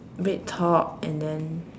red top and then